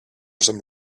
some